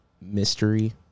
Mystery